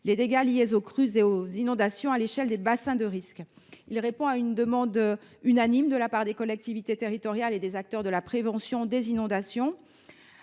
les dégâts liés aux crues et aux inondations à l’échelle des bassins de risque. Il répond à une demande unanime des collectivités territoriales et des acteurs de la prévention des inondations.